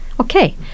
Okay